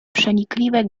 przenikliwe